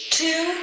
two